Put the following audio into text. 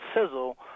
sizzle